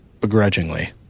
begrudgingly